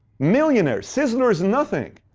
millionaires. sizzler is nothing.